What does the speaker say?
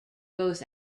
both